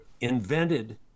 invented